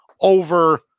over